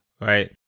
right